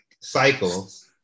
cycles